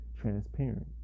transparent